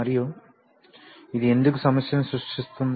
మరియు ఇది ఎందుకు సమస్యను సృష్టిస్తోంది